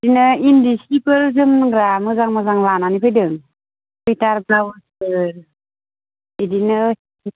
बिदिनो इन्दि सिबो जोमग्रा मोजां मोजां लानानै फैदों सुवेटार ब्लाउसफोर बिदिनो